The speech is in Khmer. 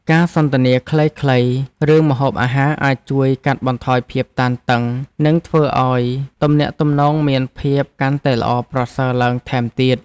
ការសន្ទនាខ្លីៗរឿងម្ហូបអាហារអាចជួយកាត់បន្ថយភាពតានតឹង និងធ្វើឱ្យទំនាក់ទំនងមានភាពកាន់តែល្អប្រសើរឡើងថែមទៀត។